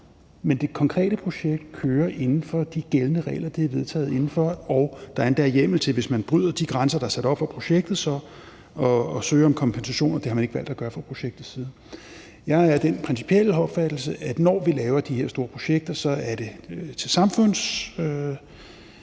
Men det konkrete projekt kører inden for de gældende regler, det er vedtaget inden for, og der er endda hjemmel til, hvis man overtræder de grænser, der er sat op for projektet, at søge om kompensation, og det har man ikke valgt at gøre fra projektets side. Jeg er af den principielle opfattelse, at når vi laver de her store projekter, er det, fordi